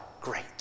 great